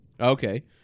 Okay